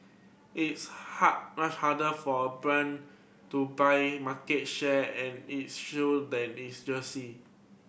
it's hard much harder for a brand to buy market share in its shoes than it's jersey